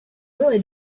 really